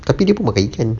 tapi dia pun makan ikan